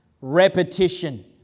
repetition